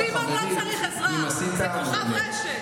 סימון לא צריך עזרה, הוא כוכב רשת.